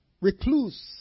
recluse